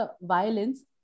violence